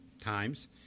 times